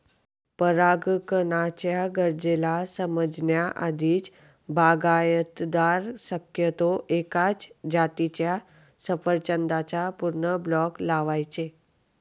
परागकणाच्या गरजेला समजण्या आधीच, बागायतदार शक्यतो एकाच जातीच्या सफरचंदाचा पूर्ण ब्लॉक लावायचे